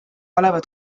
olevat